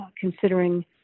considering